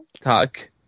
Talk